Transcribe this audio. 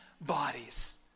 bodies